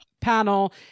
panel